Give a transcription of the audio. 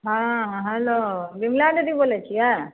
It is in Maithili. हँ हेलो विमला दीदी बोलय छियै